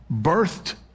birthed